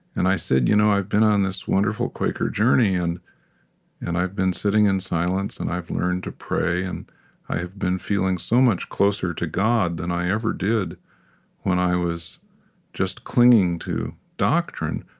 and i said, you know i've been on this wonderful quaker journey, and and i've been sitting in silence, and i've learned to pray, and i have been feeling so much closer to god than i ever did when i was just clinging to doctrine.